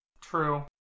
true